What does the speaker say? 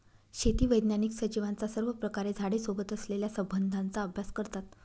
शेती वैज्ञानिक सजीवांचा सर्वप्रकारे झाडे सोबत असलेल्या संबंधाचा अभ्यास करतात